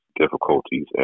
difficulties